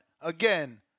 again